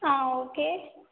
okay